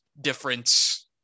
difference